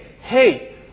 hey